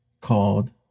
called